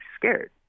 scared